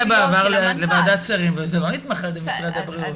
בעבר לוועדת שרים וזה לא נתמך על-ידי משרד הבריאות.